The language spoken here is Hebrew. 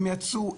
הם יצאו,